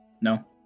No